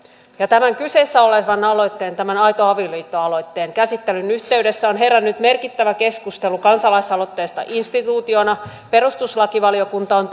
tämän kyseessä olevan aloitteen tämän aito avioliitto aloitteen käsittelyn yhteydessä on herännyt merkittävä keskustelu kansalaisaloitteesta instituutiona perustuslakivaliokunta on